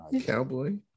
Cowboy